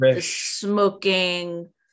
smoking